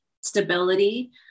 stability